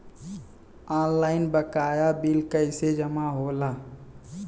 Online बकाया bill कैसे जमा होला?